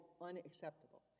unacceptable